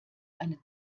eine